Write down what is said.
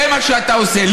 זה מה שאתה עושה.